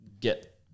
get